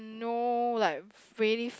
no like really